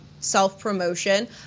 self-promotion